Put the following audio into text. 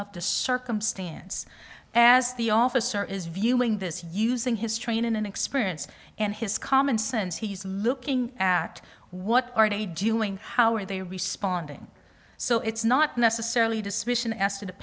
of the circumstance as the officer is viewing this using his training and experience and his commonsense he's looking at what are they doing how are they responding so it's not necessarily decision as to the